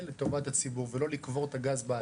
לטובת הציבור ולא לקבור את הגז באדמה.